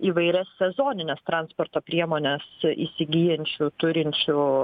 įvairias sezonines transporto priemones įsigyjančių turinčių